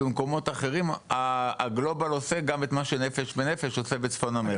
במקומות אחרים הגלובאל עושה גם את מה ש"נפש בנפש" עושה בצפון אמריקה.